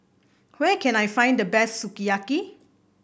where can I find the best Sukiyaki